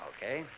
Okay